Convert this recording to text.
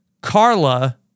Carla